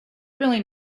really